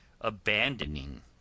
abandoning